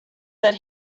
that